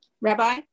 Rabbi